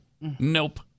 Nope